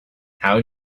how